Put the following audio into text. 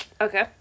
Okay